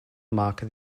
mark